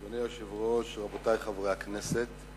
אדוני היושב-ראש, רבותי חברי הכנסת,